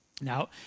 Now